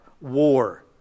war